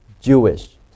Jewish